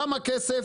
שם הכסף,